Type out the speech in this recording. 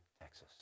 Texas